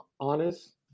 honest